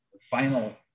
final